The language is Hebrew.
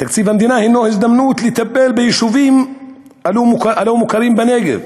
תקציב המדינה הנו הזדמנות לטפל ביישובים הלא-מוכרים בנגב.